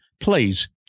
please